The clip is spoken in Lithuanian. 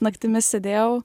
naktimis sėdėjau